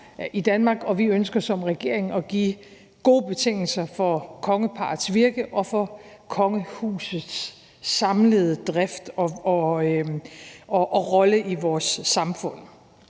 vi ønsker som regering at give gode betingelser for kongeparrets virke og for kongehusets samlede drift og rolle i vores samfund.